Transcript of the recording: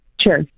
Sure